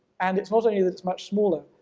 and it's not only that it's much smaller,